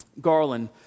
Garland